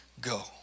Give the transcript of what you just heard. go